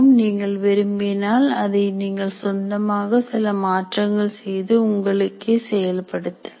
நீங்கள் விரும்பினால் அதை நீங்கள் சொந்தமாக சில மாற்றங்கள் செய்து உங்களுக்கே செயல்படுத்தலாம்